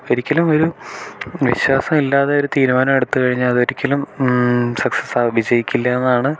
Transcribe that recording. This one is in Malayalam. ഒരിക്കലും ഒരു വിശ്വാസം ഇല്ലാതെ ഒരു തീരുമാനം എടുത്തുകഴിഞ്ഞാൽ അതൊരിക്കലും സക്സസ്സാ വിജയിക്കില്ലായെന്നാണ്